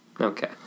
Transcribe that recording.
Okay